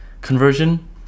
conversion